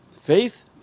Faith